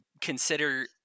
consider